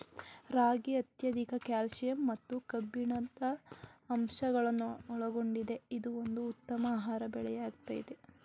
ರಾಗಿ ಅತ್ಯಧಿಕ ಕ್ಯಾಲ್ಸಿಯಂ ಮತ್ತು ಕಬ್ಬಿಣದ ಅಂಶಗಳನ್ನೊಳಗೊಂಡಿದೆ ಇದು ಒಂದು ಉತ್ತಮ ಆಹಾರ ಬೆಳೆಯಾಗಯ್ತೆ